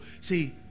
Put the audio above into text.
see